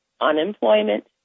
unemployment